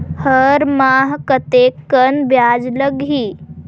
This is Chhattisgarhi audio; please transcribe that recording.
हर माह कतेकन ब्याज लगही?